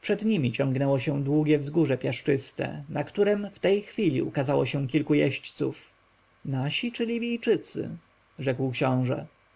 przed nimi ciągnęło się długie wzgórze piaszczyste na którem w tej chwili ukazało się paru jeźdźców nasi czy libijczycy rzekł książę